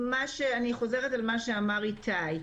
אני חוזרת על מה שאמר איתי.